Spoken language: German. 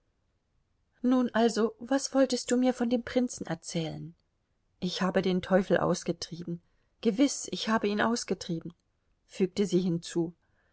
nun also was wolltest du mir von dem prinzen erzählen ich habe den teufel ausgetrieben gewiß ich habe ihn ausgetrieben fügte sie hinzu